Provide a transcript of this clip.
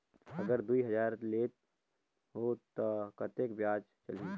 अगर दुई हजार लेत हो ता कतेक ब्याज चलही?